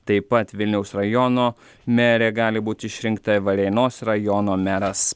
taip pat vilniaus rajono merė gali būti išrinkta varėnos rajono meras